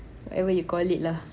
whatever you call it lah